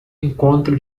encontro